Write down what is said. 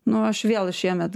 nu aš vėl šiemet